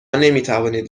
نمیتوانید